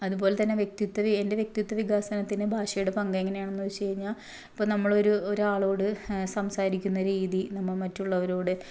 അതുപോലെ തന്നെ വ്യക്തിത്വം എൻ്റെ വ്യക്തിത്വ വികാസനത്തിന് ഭാഷയുടെ പങ്ക് എങ്ങനെയാണെന്ന് വെച്ച് കഴിഞ്ഞാൽ ഇപ്പോൾ നമ്മളൊരു ഒരാളോട് സംസാരിക്കുന്ന രീതി നമ്മൾ മറ്റുള്ളവരോട്